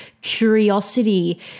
curiosity